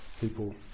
people